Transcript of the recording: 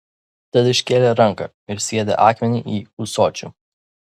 tad iškėlė ranką ir sviedė akmenį į ūsočių